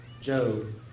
Job